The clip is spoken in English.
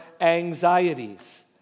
anxieties